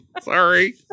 Sorry